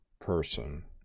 person